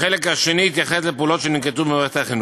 והחלק השני יתייחס לפעולות שננקטו במערכת החינוך.